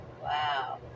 Wow